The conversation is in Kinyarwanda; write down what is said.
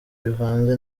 bivanze